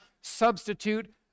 substitute